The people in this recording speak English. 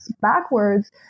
backwards